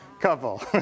Couple